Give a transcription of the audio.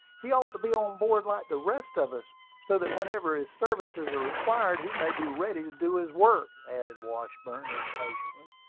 he ought to be on board like the rest of us, so that whenever his services are required he may be ready to do his work, added washburn, impatiently.